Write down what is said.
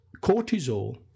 cortisol